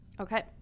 Okay